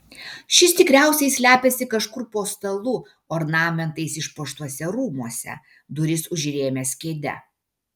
šis tikriausiai slepiasi kažkur po stalu ornamentais išpuoštuose rūmuose duris užrėmęs kėde